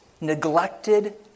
neglected